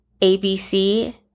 ABC